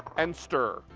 and stir.